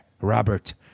Robert